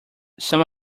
some